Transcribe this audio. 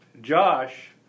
Josh